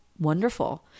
wonderful